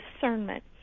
discernment